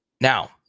Now